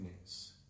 news